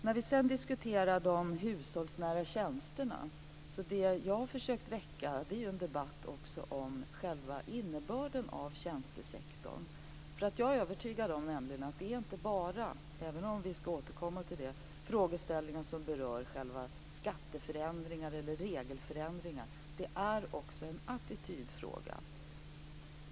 När det gäller de hushållsnära tjänsterna har jag försökt att väcka en debatt om själva innebörden av tjäntesektorn. Jag är övertygad om att det inte bara - även om vi skall återkomma till det - är en frågeställning som berör skatteförändringar eller regelförändringar. Det är också en attitydfråga.